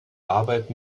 arbeit